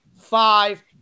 five